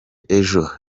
ejo